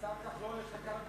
השר כחלון, יש לך carte